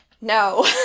No